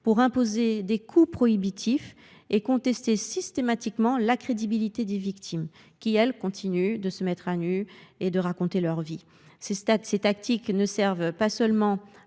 pour imposer des coûts prohibitifs et contester systématiquement la crédibilité des victimes qui, elles, continuent de se mettre à nu et de raconter leur vie. Ces tactiques servent non seulement